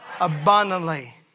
Abundantly